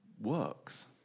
works